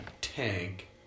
tank